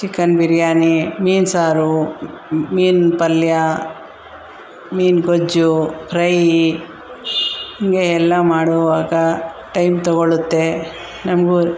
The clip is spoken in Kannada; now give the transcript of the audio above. ಚಿಕನ್ ಬಿರಿಯಾನಿ ಮೀನು ಸಾರು ಮೀನು ಪಲ್ಯ ಮೀನು ಗೊಜ್ಜು ಫ್ರೈ ಹಿಂಗೆ ಎಲ್ಲ ಮಾಡೋವಾಗ ಟೈಮ್ ತಗೊಳುತ್ತೆ ನಮಗು